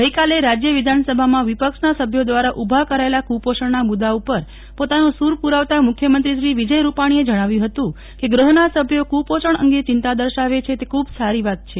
ગઈકાલે રાજ્ય વિધાનસભામાં વિપક્ષના સભ્યો દ્વારા ઉભા કરાયેલા કુપોષણના મુદ્દા ઉપર પોતાનો સુર પુરાવતાં મુખ્યમંત્રી શ્રી રૂપાણીએ જણાવ્યું હતું કે ગૃહના સભ્યો કુપોષણ અંગે ચિંતા દર્શાવે છે તે ખુબ સારી વાત છે